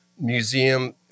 museum